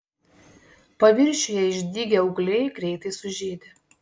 paviršiuje išdygę ūgliai greitai sužydi